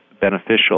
beneficial